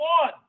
one